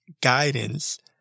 guidance